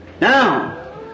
Now